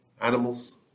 animals